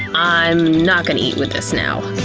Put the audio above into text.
i'm not gonna eat with this now.